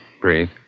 Breathe